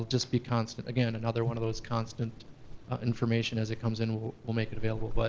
just be constant, again another one of those constant information, as it comes in we'll make it available. but